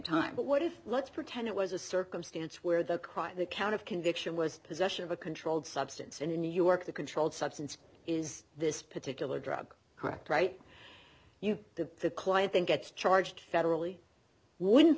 time but what if let's pretend it was a circumstance where the crime the count of conviction was possession of a controlled substance and in new york the controlled substance is this particular drug correct right you the client then gets charged federally w